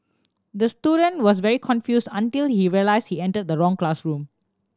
the student was very confused until he realised he entered the wrong classroom